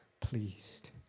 pleased